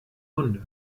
hunde